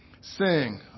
Sing